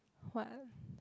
what